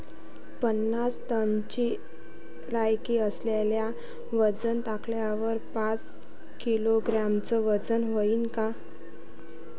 पन्नास टनची लायकी असलेल्या वजन काट्यावर पाच किलोग्रॅमचं वजन व्हईन का?